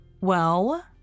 well